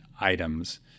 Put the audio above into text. items